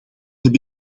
heb